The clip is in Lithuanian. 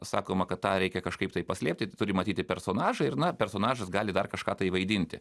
sakoma kad tą reikia kažkaip tai paslėpti turi matyti personažai ir na personažas gali dar kažką vaidinti